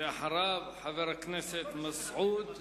זאת הפריווילגיה שיש.